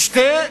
תשתה